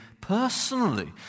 personally